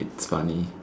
it's funny